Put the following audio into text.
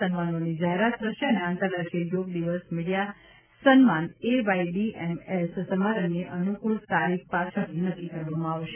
સન્માનોની જાહેરાત થશે અને આંતરરાષ્ટ્રીય યોગ દિવસ મીડિયા સન્માન એવાયડીએમએસ સમારંભની અનુકૂળ તારીખ પાછળથી નક્કી કરવામાં આવશે